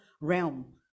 realm